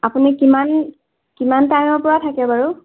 আপুনি কিমান কিমান টাইমৰ পৰা থাকে বাৰু